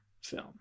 film